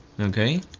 Okay